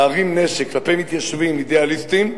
להרים נשק כלפי מתיישבים אידיאליסטים,